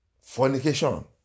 Fornication